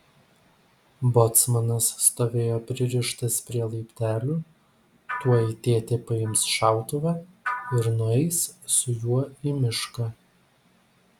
bocmanas stovėjo pririštas prie laiptelių tuoj tėtė paims šautuvą ir nueis su juo į mišką